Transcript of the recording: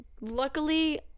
luckily